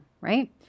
Right